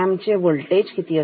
ramp चे voltage किती